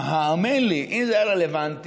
האמן לי, אם זה היה רלוונטי,